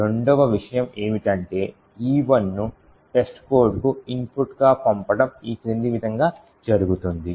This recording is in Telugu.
రెండవ విషయం ఏమిటంటే E1 ను testcodeకు ఇన్పుట్గా పంపడం ఈ క్రింది విధంగా జరుగుతుంది